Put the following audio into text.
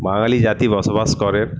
বাঙালি জাতি বসবাস করে